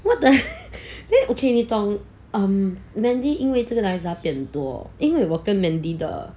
what then okay 你懂 um mandy 因为这个男孩子他变多因为我跟 mandy 的